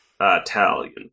Italian